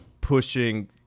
pushing